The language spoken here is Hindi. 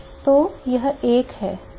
तो यह 1 है